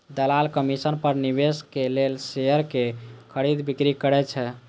दलाल कमीशन पर निवेशक लेल शेयरक खरीद, बिक्री करै छै